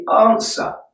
answer